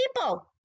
people